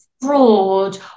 fraud